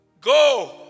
Go